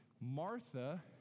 Martha